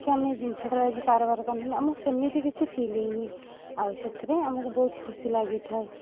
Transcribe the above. କି ଆମେ ଏ ଜିନିଷଟାର ଆଜି କାରବାର କରିନୁ ନା ଆମକୁ ସେମିତି କିଛି ଫିଲ ହେଇନି ଆଉ ସେଥିପାଇଁ ଆମକୁ ବହୁତ ଖୁସି ଲାଗିଥାଏ